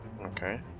Okay